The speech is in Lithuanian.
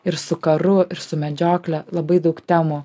ir su karu ir su medžiokle labai daug temų